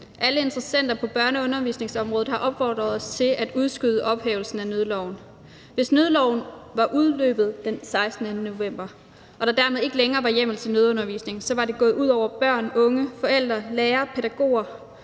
Alle interessenter på børne- og undervisningsområdet har opfordret os til at udskyde ophævelsen af nødloven. Hvis nødloven var udløbet den 16. november og der dermed ikke længere var hjemmel til nødundervisning, var det gået ud over børn, unge, forældre, lærere, pædagoger